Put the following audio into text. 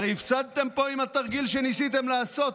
הרי הפסדתם פה עם התרגיל שניסיתם לעשות,